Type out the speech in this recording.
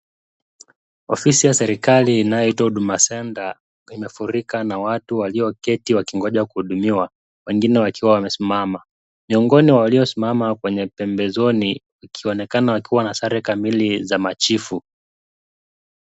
Ofisi ya serikali inayoitwa Huduma Center imevurika na watu walioketi wakingoja kuhudumiwa, wengine wakiwa wamesimama. Miongoni wa waliosimama kwenye pembezoni ikionekana wakiwa na sare kamili za machifu.